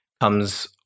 comes